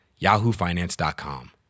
yahoofinance.com